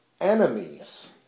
enemies